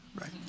right